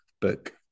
book